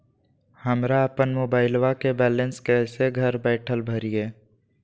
हमरा अपन मोबाइलबा के बैलेंस कैसे घर बैठल भरिए?